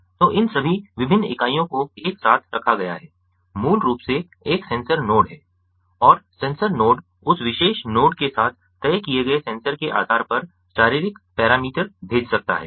तो इन सभी विभिन्न इकाइयों को एक साथ रखा गया है मूल रूप से एक सेंसर नोड है और सेंसर नोड उस विशेष नोड के साथ तय किए गए सेंसर के आधार पर शारीरिक पैरामीटर भेज सकता है